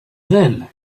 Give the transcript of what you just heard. then